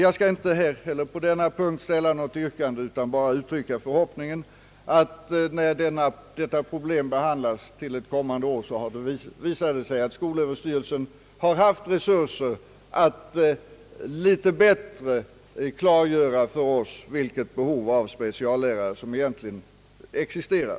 Jag skall inte heller på denna punkt ställa något yrkande utan bara uttrycka den förhoppningen, att skolöverstyrelsen när detta problem behandlas till ett kommande år skall ha haft resurser att litet bättre klargöra vilket behov av speciallärare som egentligen existerar.